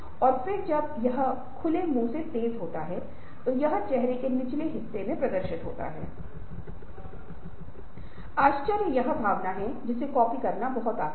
और फिर हमें परिवर्तन एजेंटों को उचित रूप से या परिवर्तन प्रणोदक या परिवर्तन परिवेश का चयन करना होगा